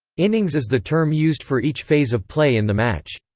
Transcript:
innings is the term used for each phase of play in the match.